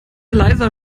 leiser